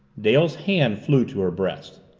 dale's hand flew to her breast.